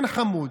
כן, חמוד,